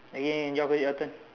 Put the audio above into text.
okay okay okay your your turn